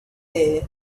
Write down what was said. there